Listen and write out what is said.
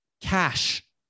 cash